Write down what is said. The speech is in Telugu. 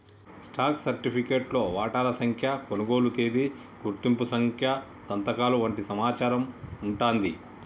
స్టాక్ సర్టిఫికేట్లో వాటాల సంఖ్య, కొనుగోలు తేదీ, గుర్తింపు సంఖ్య సంతకాలు వంటి సమాచారం వుంటాంది